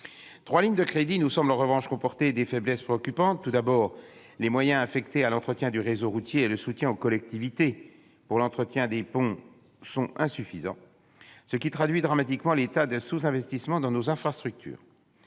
Trois lignes de crédits nous semblent, en revanche, comporter des faiblesses préoccupantes. Tout d'abord, les moyens affectés à l'entretien du réseau routier et le soutien aux collectivités pour l'entretien des ponts sont insuffisants, ce qui est révélateur de l'état dramatique de sous-investissement de nos infrastructures.